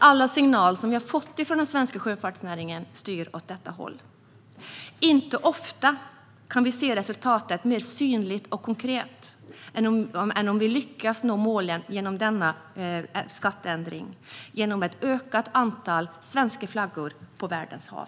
Alla signaler som vi har fått från den svenska sjöfartsnäringen styr åt det hållet. Inte ofta kan vi se ett mer synligt och konkret resultat än om vi lyckas nå målen genom denna skatteändring - ett ökat antal svenska flaggor på världens hav.